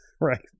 Right